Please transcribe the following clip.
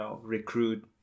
recruit